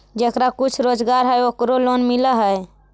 जेकरा कुछ रोजगार है ओकरे लोन मिल है?